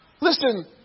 listen